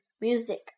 Music